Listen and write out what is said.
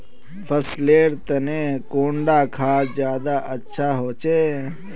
फसल लेर तने कुंडा खाद ज्यादा अच्छा होचे?